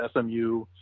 SMU